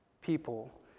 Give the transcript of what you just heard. people